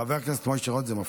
חבר הכנסת משה רוט, זה מפריע.